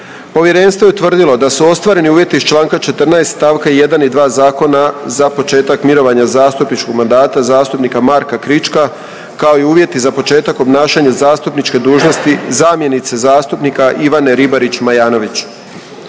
Povjerenstvo je utvrdilo da su ostvareni uvjeti iz Članka 14. stavka 1. i 2. zakona za početak mirovanja zastupničkog mandata zastupnika Marka Krička kao i uvjeti za početak obnašanja zastupničke dužnosti zamjenice zastupnika Ivane Ribarić Majanović.